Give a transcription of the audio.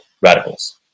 radicals